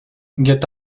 get